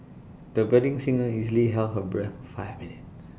the budding singer easily held her breath five minutes